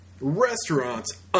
Restaurants